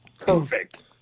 Perfect